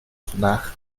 vandaag